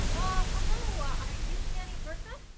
oh hello! are you nanny bertha?